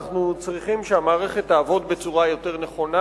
אנחנו צריכים שהמערכת תעבוד בצורה יותר נכונה,